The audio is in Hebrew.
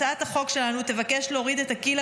הצעת החוק שלנו תבקש להוריד את הגיל,